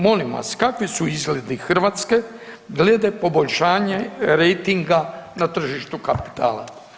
Molim vas, kakvi su izgledi Hrvatske glede poboljšanja rejtinga na tržištu kapitala?